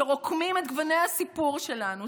שרוקמים את גוני הסיפור שלנו,